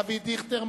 אבי דיכטר,